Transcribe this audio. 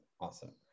awesome